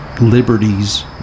liberties